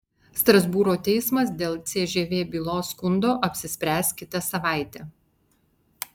strasbūro teismas dėl cžv bylos skundo apsispręs kitą savaitę